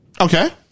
Okay